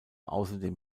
außerdem